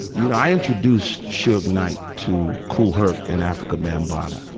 you know, i introduced should night to kool herc and afrika bambaataa,